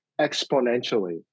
exponentially